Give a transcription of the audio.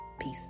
Peace